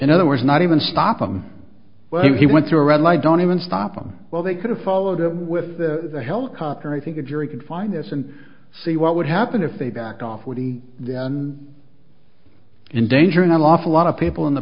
in other words not even stop him when he went through a red light don't even stop him well they could have followed up with a helicopter i think the jury could find this and see what would happen if they back off with the endangering an awful lot of people in the